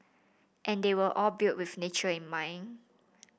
and they were all built with nature in mind